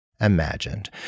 imagined